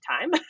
time